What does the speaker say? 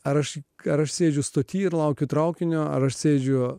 ar aš ar aš sėdžiu stotyje ir laukiu traukinio ar aš sėdžiu